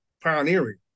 pioneering